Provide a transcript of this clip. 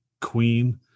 queen